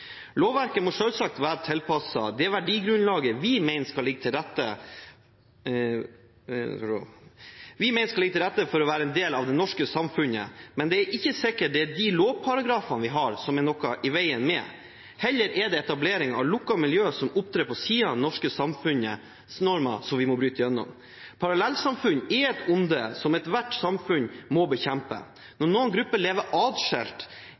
Lovverket må selvsagt være tilpasset det verdigrunnlaget vi mener skal ligge til grunn for å være en del av det norske samfunnet, men det er ikke sikkert det er de lovparagrafene vi har, det er noe i veien med. Heller er det etableringen av lukkede miljøer som opptrer på siden av norske samfunnsnormer, vi må bryte gjennom. Parallellsamfunn er et onde som ethvert samfunn må bekjempe. Når noen grupper lever